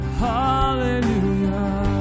hallelujah